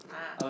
ah